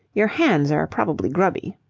your hands are probably grubby.